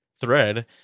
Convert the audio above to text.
thread